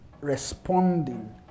responding